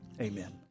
Amen